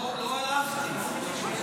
לא הלכתי.